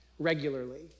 Regularly